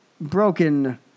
broken